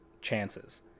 chances